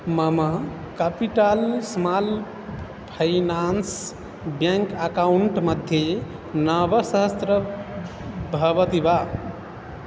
मम capital small finance bank account मध्ये नवसहस्रं भवति वा